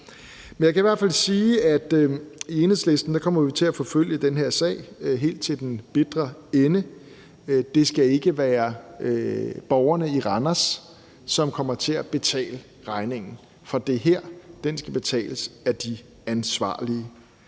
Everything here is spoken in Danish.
Men jeg kan i hvert fald sige, at Enhedslisten kommer til at forfølge den her sag helt til den bitre ende. Det skal ikke være borgerne i Randers, som kommer til at betale regningen for det her. Den skal betales af de ansvarlige.